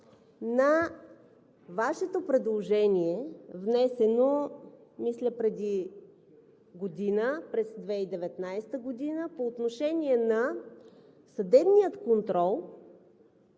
на Вашето предложение, внесено, мисля, преди година – през 2019 г., по отношение на съдебния контрол